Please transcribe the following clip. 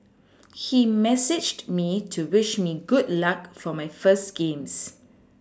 he messaged me to wish me good luck for my first games